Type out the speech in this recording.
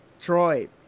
Troy